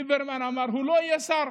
ליברמן אמר: הוא לא יהיה שר.